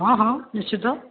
ହଁ ହଁ ନିଶ୍ଚିତ